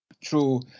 True